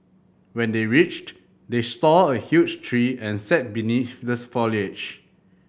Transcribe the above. when they reached they saw a huge tree and sat beneath the foliage